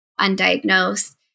undiagnosed